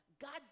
God